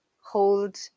hold